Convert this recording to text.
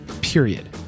period